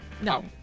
No